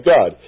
God